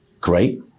Great